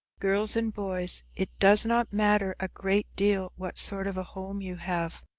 girls and boys, it does not matter a great deal what sort of a home you have,